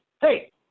Hey